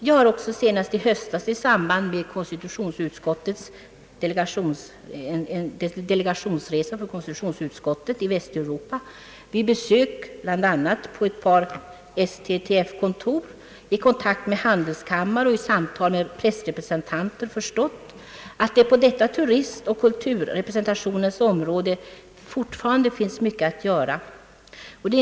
Jag har också senast i höstas i samband med konstitutionsutskottets delegations resa i Västeuropa vid besök på ett par STTF-kontor, i kontakt med handelskammare och i samtal med pressrepresentanter förstått att på detta turistoch kulturrepresentationens område fortfarande finns mycket att göra.